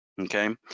okay